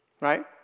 Right